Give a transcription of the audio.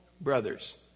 brothers